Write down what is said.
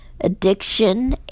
addiction